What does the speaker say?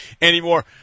anymore